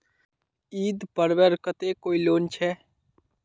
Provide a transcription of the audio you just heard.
ईद पर्वेर केते कोई लोन छे?